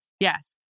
Yes